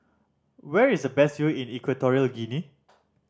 where is the best view in Equatorial Guinea